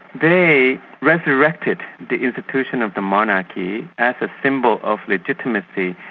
they resurrected the institution of the monarchy as a symbol of legitimacy,